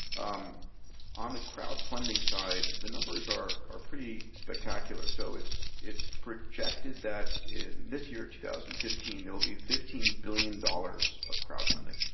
um on the crowdfunding side, the numbers are are pretty spectacular. so it's it's projected that in this year, two thousand and fifteen, there'll be fifteen billion dollars of crowdfunding.